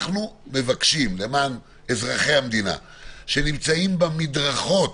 אנחנו מבקשים למען אזרחי המדינה שנמצאים במדרכות